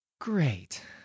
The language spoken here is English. Great